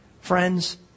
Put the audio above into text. Friends